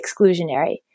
exclusionary